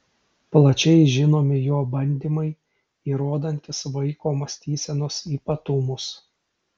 plačiai žinomi jo bandymai įrodantys vaiko mąstysenos ypatumus